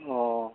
अ